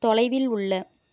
தொலைவில் உள்ள